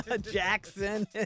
Jackson